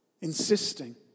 Insisting